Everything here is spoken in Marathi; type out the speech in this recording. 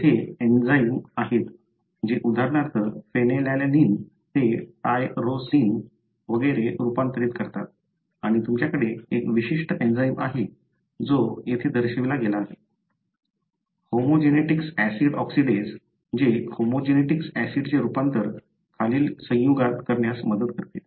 तेथे एन्झाईम आहेत जे उदाहरणार्थ फेनिलॅलॅनिन ते टायरोसिन वगैरे रूपांतरित करतात आणि तुमच्याकडे एक विशिष्ट एंजाइम आहे जो येथे दर्शविला गेला आहे होमोजेन्टिसिक ऍसिड ऑक्सिडेस जे होमोजेन्टिसिक ऍसिडचे रूपांतर खालील संयुगात करण्यास मदत करते